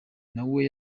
nawe